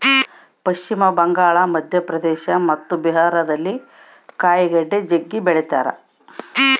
ಪಶ್ಚಿಮ ಬಂಗಾಳ, ಮಧ್ಯಪ್ರದೇಶ ಮತ್ತು ಬಿಹಾರದಲ್ಲಿ ಕಾಯಿಗಡ್ಡೆ ಜಗ್ಗಿ ಬೆಳಿತಾರ